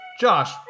Josh